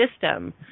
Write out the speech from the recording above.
system